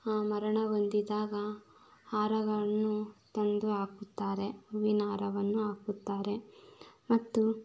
ಮರಣ ಹೊಂದಿದಾಗ ಹಾರಗಳನ್ನೂ ತಂದು ಹಾಕುತ್ತಾರೆ ಹೂವಿನಾರವನ್ನು ಹಾಕುತ್ತಾರೆ ಮತ್ತು